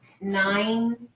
nine